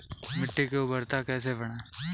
मिट्टी की उर्वरता कैसे बढ़ाएँ?